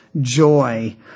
Joy